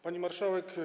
Pani Marszałek!